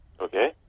Okay